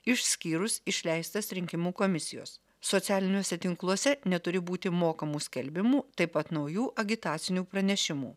išskyrus išleistas rinkimų komisijos socialiniuose tinkluose neturi būti mokamų skelbimų taip pat naujų agitacinių pranešimų